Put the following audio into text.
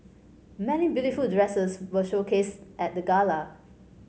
many dresses were showcased at the gala